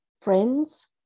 friends